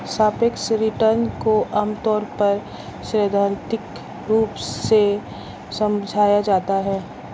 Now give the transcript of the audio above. सापेक्ष रिटर्न को आमतौर पर सैद्धान्तिक रूप से समझाया जाता है